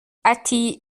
ati